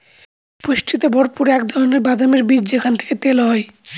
পুষ্টিতে ভরপুর এক ধরনের বাদামের বীজ যেখান থেকে তেল হয়